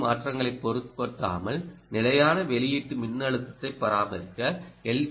இன் மாற்றங்களைப் பொருட்படுத்தாமல் நிலையான வெளியீட்டு மின்னழுத்தத்தை பராமரிக்க எல்